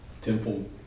temple